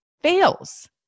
fails